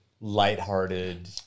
lighthearted